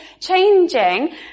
changing